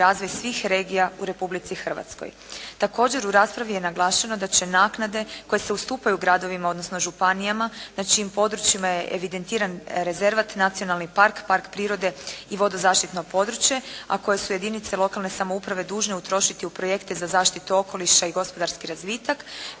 razvoj svih regija u Republici Hrvatskoj. Također, u raspravi je naglašeno da će naknade koje se ustupaju gradovima, odnosno županijama na čijim područjima je evidentiran rezervat, nacionalni park, park prirode i vodo zaštitno područje, a koje su jedinice lokalne samouprave dužne utrošiti u projekte za zaštitu okoliša i gospodarski razvitak